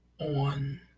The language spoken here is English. on